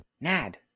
Nad